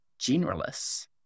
generalists